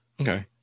Okay